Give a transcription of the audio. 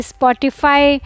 Spotify